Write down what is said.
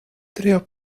trio